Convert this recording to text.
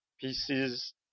pieces